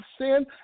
sin